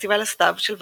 פסטיבל הסתיו של ורשה,